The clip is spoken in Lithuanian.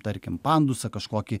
tarkim pandusą kažkokį